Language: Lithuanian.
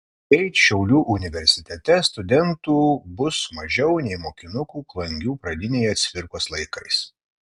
greit šiaulių universitete studentų bus mažiau nei mokinukų klangių pradinėje cvirkos laikais